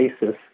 basis